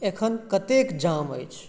एखन कतेक जाम अछि